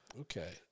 Okay